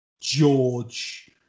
George